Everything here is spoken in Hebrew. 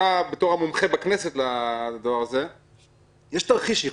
בתור המומחה בכנסת לדבר הזה, האם יש תרחיש ייחוס?